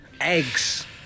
eggs